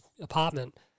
apartment